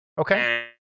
Okay